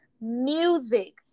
music